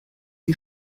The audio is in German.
die